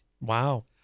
Wow